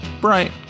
Bright